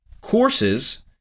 courses